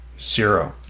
zero